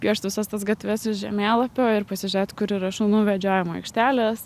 piešti visas tas gatves iš žemėlapio ir pasižiūrėt kur yra šunų vedžiojimo aikštelės